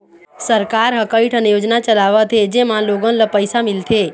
सरकार ह कइठन योजना चलावत हे जेमा लोगन ल पइसा मिलथे